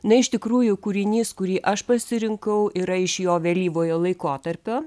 na iš tikrųjų kūrinys kurį aš pasirinkau yra iš jo vėlyvojo laikotarpio